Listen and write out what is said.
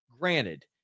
granted